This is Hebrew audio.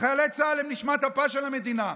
חיילי צה"ל הם נשמת אפה של המדינה.